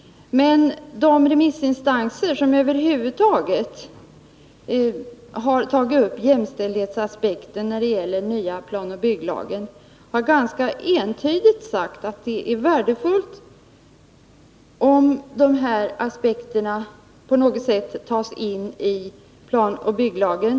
Men de remissinstanser som över huvud taget har tagit upp jämställdhetsaspekten när det gäller den nya planoch bygglagen har ganska entydigt uttalat att det är värdefullt om de här aspekterna på något sätt tas med i planoch bygglagen.